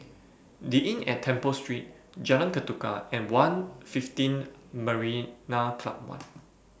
The Inn At Temple Street Jalan Ketuka and one'L fifteen Marina Club one